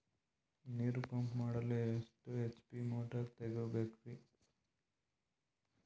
ನೀರು ಪಂಪ್ ಮಾಡಲು ಎಷ್ಟು ಎಚ್.ಪಿ ಮೋಟಾರ್ ತಗೊಬೇಕ್ರಿ?